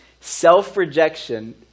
Self-rejection